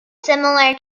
similar